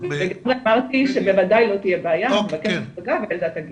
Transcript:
אמרתי שבוודאי לא תהיה בעיה להיפגש -- -והילדה תגיע.